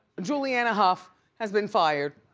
julianne hough has been fired.